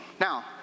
Now